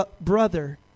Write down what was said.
brother